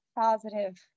positive